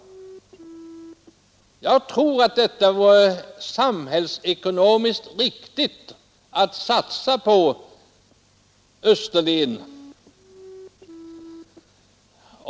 Jag tror att det vore samhällsekonomiskt riktigt att satsa på Österlen.